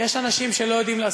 כנראה הוא באמת טעה בדרך.